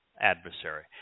adversary